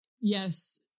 yes